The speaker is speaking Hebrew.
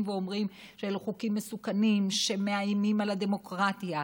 ואומרים שאלה חוקים מסוכנים שמאיימים על הדמוקרטיה,